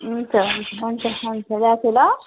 हुन्छ हुन्छ हुन्छ राखेँ ल